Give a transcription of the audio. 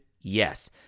Yes